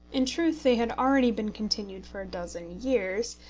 in truth they had already been continued for a dozen years,